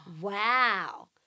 Wow